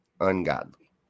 ungodly